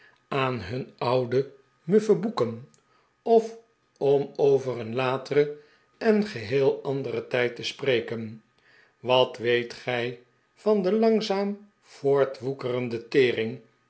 aan hun oude muffe boeken of om over een lateren en geheel anderen tijd te spreken wat weet gij van de langzaam